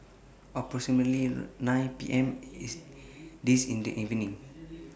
approximately nine P M This in This evening